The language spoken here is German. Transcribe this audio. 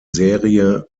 serie